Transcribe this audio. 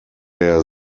der